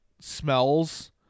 smells